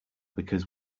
because